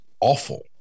awful